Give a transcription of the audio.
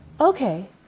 Okay